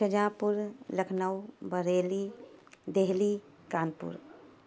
شہجہاں پور لکھنؤ بریلی دہلی کانپور